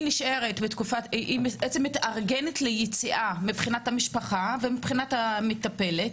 היא נשארת בתקופה הזאת ובעצם מתארגנת מבחינת המשפחה ומבחינת המטפלת,